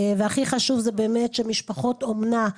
הכי חשוב שבאמת משפחות אומנה,